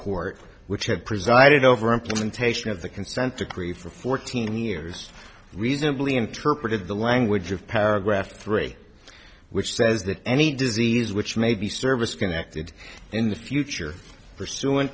court which had presided over implementation of the consent decree for fourteen years reasonably interpreted the language of paragraph three which says that any disease which may be service connected in the future pursu